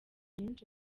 menshi